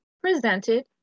presented